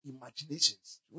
imaginations